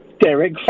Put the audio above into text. Derek